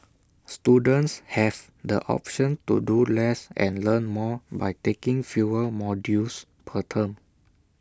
students have the option to do less and learn more by taking fewer modules per term